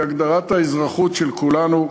מהגדרת האזרחות של כולנו.